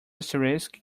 asterisk